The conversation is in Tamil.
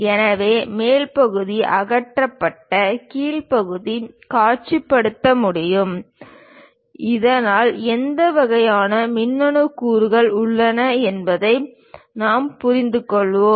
எனவே மேல் பகுதி அகற்றப்பட்டு கீழ் பகுதியை காட்சிப்படுத்த முடியும் இதனால் எந்த வகையான மின்னணு கூறுகள் உள்ளன என்பதை நாம் புரிந்துகொள்வோம்